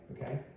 okay